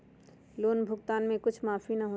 Loan भुगतान में कुछ माफी न होतई?